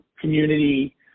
community